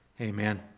Amen